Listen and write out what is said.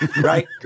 right